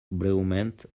breument